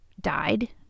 died